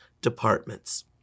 departments